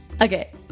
Okay